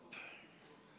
אני